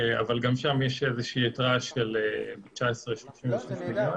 אבל גם שם יש איזו יתרה, של 36 מיליון.